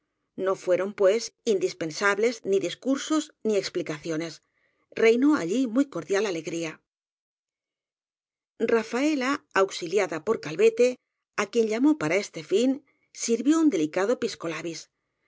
no fueron pues indispensables ni discursos ni explicaciones reinó allí muy cordial alegría rafaela auxiliada por calvete á quien llamó para este fin sirvió un delicado